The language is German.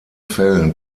fällen